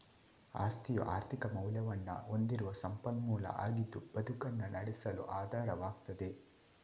ಆಸ್ತಿಯು ಆರ್ಥಿಕ ಮೌಲ್ಯವನ್ನ ಹೊಂದಿರುವ ಸಂಪನ್ಮೂಲ ಆಗಿದ್ದು ಬದುಕನ್ನ ನಡೆಸಲು ಆಧಾರವಾಗ್ತದೆ